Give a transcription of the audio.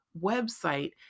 website